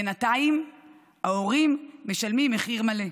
בינתיים ההורים משלמים מחיר מלא.